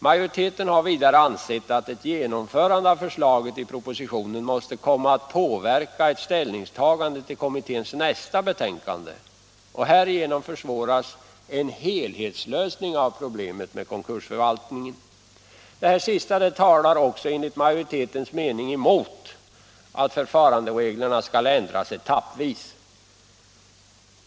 Majoriteten har vidare ansett att ett genomförande av förslaget i propositionen måste komma att påverka ett ställningstagande till kommitténs nästa betänkande och därigenom försvåra en helhetslösning av problemen med konkursförvaltningen. Detta sistnämnda talar också enligt majoritetens mening mot att förfarandereglerna skall ändras etappvis.